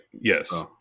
yes